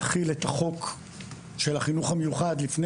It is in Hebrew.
שזה היה מוקדם מדי להחיל את החוק של החינוך המיוחד לפני